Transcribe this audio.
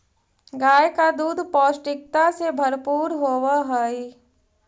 गाय का दूध पौष्टिकता से भरपूर होवअ हई